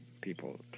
people